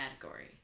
category